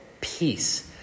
peace